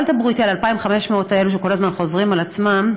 אל תדברו איתי על ה-2,500 האלה שכל הזמן חוזרים על עצמם,